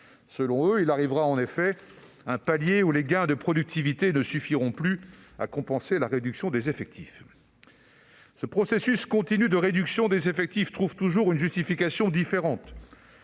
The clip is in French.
Selon eux, il arrivera en effet un « palier où les gains de productivité ne suffiront plus à compenser la réduction des effectifs ». Ce processus continu de réduction des effectifs trouve toujours une justification différente.